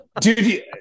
Dude